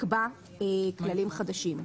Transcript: יקבע כללים חדשים.